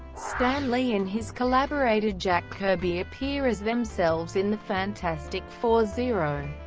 stan lee and his collaborator jack kirby appear as themselves in the fantastic four zero,